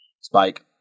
Spike